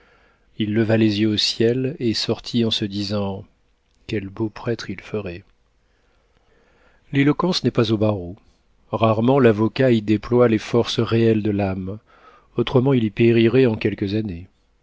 il leva les yeux au ciel et sortit en se disant quel beau prêtre il ferait l'éloquence n'est pas au barreau rarement l'avocat y déploie les forces réelles de l'âme autrement il y périrait en quelques années